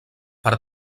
per